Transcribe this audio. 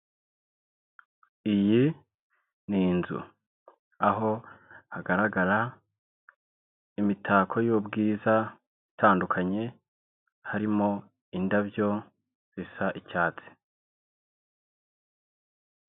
Iyi ni inzu, aho hagaragara imitako y'ubwiza itandukanye, harimo indabyo zisa icyatsi.